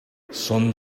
some